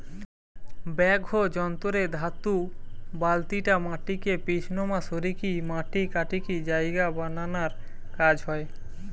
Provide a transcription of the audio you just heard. backhoe যন্ত্র রে ধাতু বালতিটা মাটিকে পিছনমা সরিকি মাটি কাটিকি জায়গা বানানার কাজ হয়